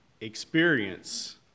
experience